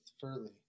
Furley